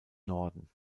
norden